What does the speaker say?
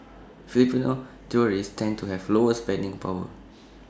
Filipino tourists tend to have lower spending power